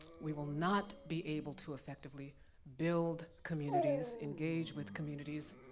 we will not be able to effectively build communities, engage with communities,